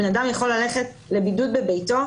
אדם יכול ללכת לבידוד בביתו,